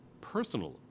personal